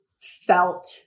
felt